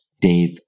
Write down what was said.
Dave